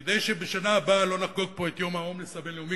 כדי שבשנה הבאה לא נחגוג פה את יום ההומלס הבין-לאומי,